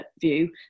view